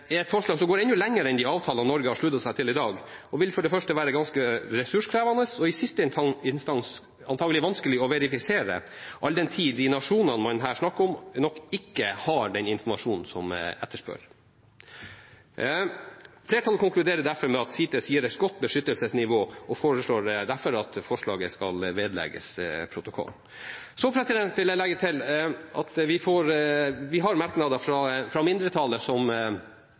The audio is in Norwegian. et forslag som går enda lenger enn de avtalene som Norge har sluttet seg til i dag, og vil for det første være ganske ressurskrevende og i siste instans antakelig vanskelig å verifisere, all den tid de nasjonene man her snakker om, nok ikke har den informasjonen som en etterspør. Flertallet konkluderer derfor med at CITES gir et godt beskyttelsesnivå, og foreslår derfor at forslaget vedlegges protokollen. Så vil jeg legge til at det er merknader fra mindretallet